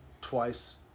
twice